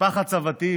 משפחת סבתי,